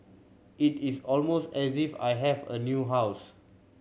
it is almost as if I have a new house